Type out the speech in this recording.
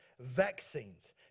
vaccines